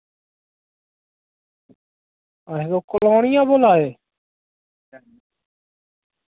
अच्छा तुस लुहानियां बोल्ला दे